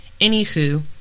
Anywho